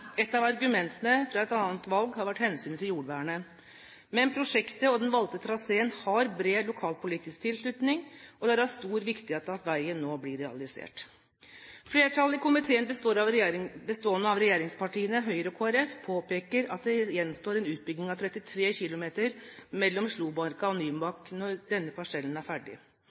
Et av argumentene for et annet valg har vært hensynet til jordvernet. Men prosjektet og den valgte traseen har bred lokalpolitisk tilslutning, og det er av stor viktighet at veien nå blir realisert. Flertallet i komiteen, bestående av regjeringspartiene, Høyre og Kristelig Folkeparti, påpeker at det gjenstår en utbygging på 33 km mellom Slomarka og Nybakk når denne parsellen er ferdig.